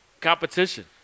competition